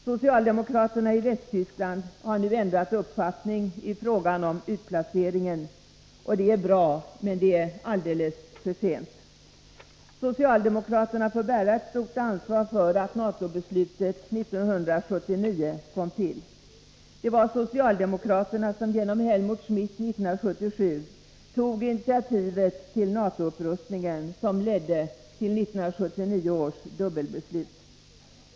Socialdemokraterna i Västtyskland har nu ändrat uppfattning i frågan om utplaceringen. Det är bra men alldeles för sent. De tyska socialdemokraterna får bära ett stort ansvar för att NATO beslutet 1979 kom till. Det var de som genom Helmut Schmidt 1977 tog initiativet till NATO-upprustningen som ledde till 1979 års dubbelbeslut.